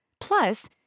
Plus